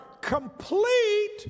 complete